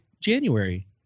January